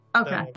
Okay